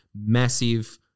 massive